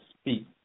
speak